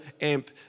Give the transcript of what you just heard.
Amp